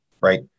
right